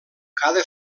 cada